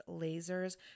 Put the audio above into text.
lasers